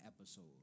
episode